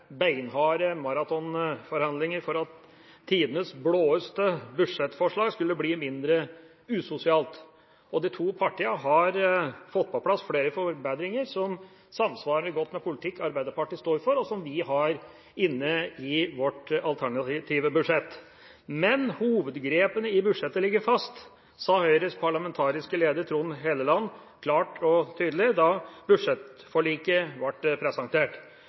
beinharde maratonforhandlinger for at tidenes blåeste budsjettforslag skulle bli mindre usosialt, og de to partiene har fått på plass flere forbedringer som samsvarer godt med politikk Arbeiderpartiet står for, og som vi har inne i vårt alternative budsjett. Men hovedgrepene i budsjettet ligger fast, sa Høyres parlamentariske leder, Trond Helleland, klart og tydelig da budsjettforliket ble presentert.